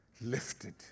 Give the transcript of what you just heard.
lifted